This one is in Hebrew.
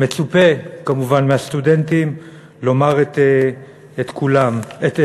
ומצופה מהסטודנטים להשמיע את קולם.